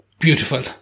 beautiful